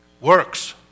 works